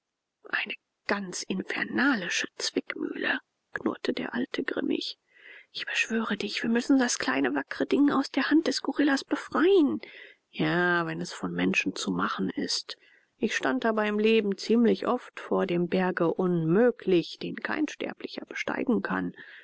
eine ganz infernalische zwickmühle knurrte der alte grimmig ich beschwöre dich wir müssen das kleine wackre ding aus der hand des gorilla befreien ja wenn es von menschen zu machen ist ich stand aber im leben ziemlich oft vor dem berge unmöglich den kein sterblicher besteigen kann